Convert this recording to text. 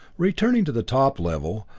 returning to the top level,